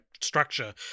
structure